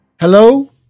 Hello